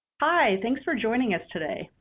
hi. thanks for joining us today.